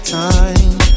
time